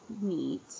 neat